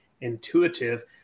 intuitive